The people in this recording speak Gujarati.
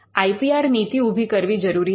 આઈ પી આર નીતિ ઉભી કરવી જરૂરી છે